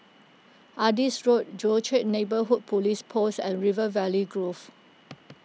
Adis Road Joo Chiat Neighbourhood Police Post and River Valley Grove